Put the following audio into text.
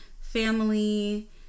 family